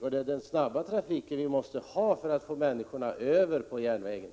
Det är snabb trafik vi måste ha för att få människor att välja järnvägen.